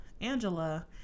Angela